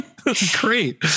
Great